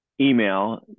email